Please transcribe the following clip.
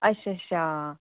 अच्छा अच्छा